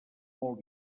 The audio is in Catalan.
molt